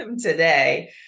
today